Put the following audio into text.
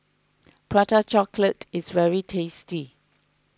Prata Chocolate is very tasty